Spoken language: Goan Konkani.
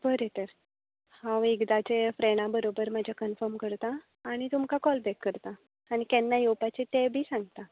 बरें तर हांव एकदाचें फ्रेण्डा बरोबर म्हजें कनफर्म करतां आनी तुमकां कोल बॅक करतां आनी केन्ना येवपाचें तें बी सांगता